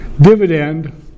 dividend